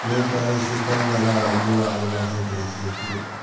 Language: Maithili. नहि करै छै तब एना विवाद बढ़ैत रहै छै कि